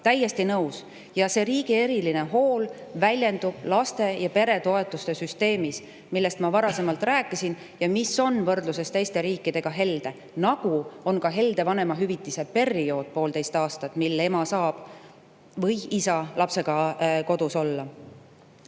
täiesti nõus. See riigi eriline hool väljendub laste- ja peretoetuste süsteemis, millest ma varasemalt rääkisin ja mis on võrdluses teiste riikidega helde, nagu on ka helde vanemahüvitise periood – 1,5 aastat –, mil ema või isa saab lapsega kodus olla.